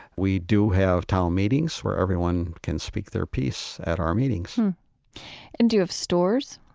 we do have town meetings where everyone can speak their piece at our meetings and do you have stores?